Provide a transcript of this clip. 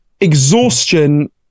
exhaustion